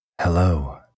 hello